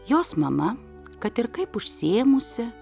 jos mama kad ir kaip užsiėmusi